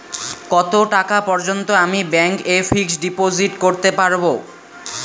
কত টাকা পর্যন্ত আমি ব্যাংক এ ফিক্সড ডিপোজিট করতে পারবো?